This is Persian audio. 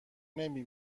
نمی